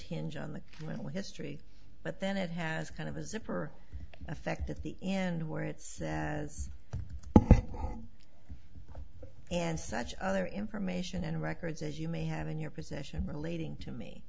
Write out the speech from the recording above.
hinge on the will history but then it has a kind of a zipper effect at the end where it says and such other information and records as you may have in your possession relating to me